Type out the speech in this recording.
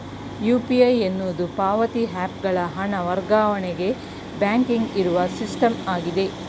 UPI ಎನ್ನುವುದು ಪಾವತಿ app ಗಳ ಹಣ ವರ್ಗಾವಣೆಗೆ ಬ್ಯಾಂಕಿಂಗ್ ಇರುವ ಸಿಸ್ಟಮ್ ಆಗಿದೆ